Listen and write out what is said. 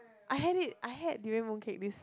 I have it I had during mooncake wish